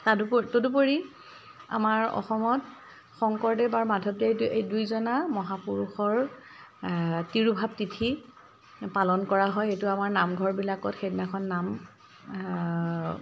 তাদু তদুপৰি আমাৰ অসমত শংকৰদেৱ আৰু মাধৱদেৱ এই দুইজনা মহাপুৰুষৰ তিৰুভাৱ তিথি পালন কৰা হয় এইটো আমাৰ নামঘৰবিলাকত সেইদিনাখন নাম